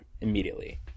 immediately